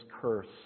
curse